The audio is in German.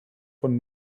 von